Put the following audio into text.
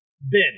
Ben